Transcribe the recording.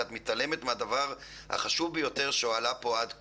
כי את מתעלמת מהדבר החשוב ביותר שהועלה פה עד כה,